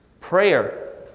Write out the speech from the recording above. prayer